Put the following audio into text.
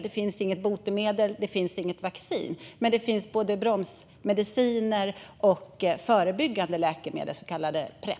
Det finns inget botemedel eller vaccin, men det finns både bromsmediciner och förebyggande läkemedel, så kallade Prep.